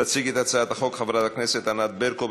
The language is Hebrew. תציג את הצעת החוק חברת הכנסת ענת ברקו.